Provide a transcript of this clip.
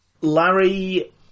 Larry